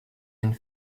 une